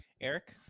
Eric